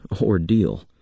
ordeal